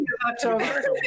October